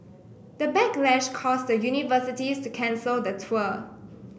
the backlash caused the universities to cancel the tour